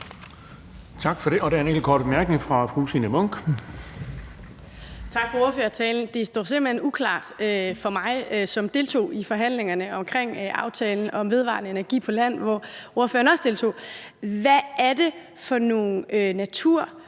Tak for ordførertalen. Det står simpelt hen uklart for mig, som deltog i forhandlingerne omkring aftalen om vedvarende energi på land, hvor ordføreren også deltog, hvad det er for nogle